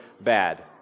bad